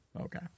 Okay